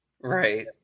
Right